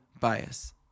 bias